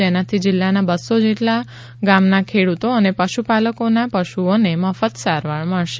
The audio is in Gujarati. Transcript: જેનાથી જિલ્લાના બસ્સો જેટલા ગામના ખેડૂતો અને પશુપાલકોના પશુઓને મફત સારવાર મળશે